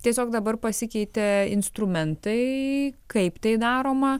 tiesiog dabar pasikeitė instrumentai kaip tai daroma